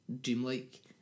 dreamlike